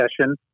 session